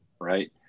Right